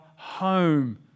home